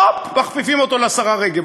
והופ, מכפיפים אותו לשרה רגב.